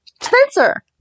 Spencer